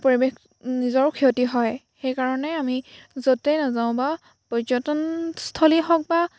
পৰিৱেশ নিজৰো ক্ষতি হয় সেইকাৰণে আমি য'তেই নাযাওঁ বা পৰ্যটনস্থলী হওক বা